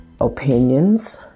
opinions